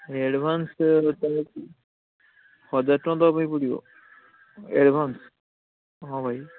advance ତ ତୁମକୁ ହଜାର ଟଙ୍କା ଦେବା ପାଇଁ ପଡ଼ିବ ଆଡ଼୍ଭାନ୍ସ୍ ହଁ ଭାଇ